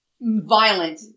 Violent